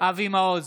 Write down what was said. אבי מעוז,